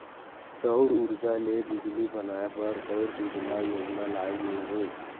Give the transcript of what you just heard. सउर उरजा ले बिजली बनाए बर सउर सूजला योजना लाए गे हे